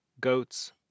goats